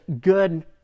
good